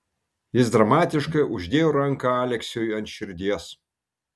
jis dramatiškai uždėjo ranką aleksiui ant širdies